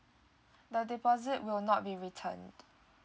the deposit will not be returned